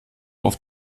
auf